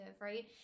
right